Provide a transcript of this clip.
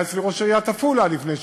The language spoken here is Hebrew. היה אצלי ראש עיריית עפולה לפני שבוע,